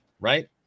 right